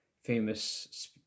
famous